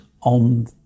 on